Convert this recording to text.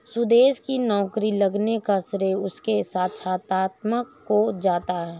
सुदेश की नौकरी लगने का श्रेय उसके साक्षात्कार को जाता है